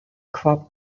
crop